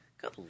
Good